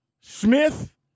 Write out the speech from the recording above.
Smith